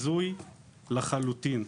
הזוי לחלוטין.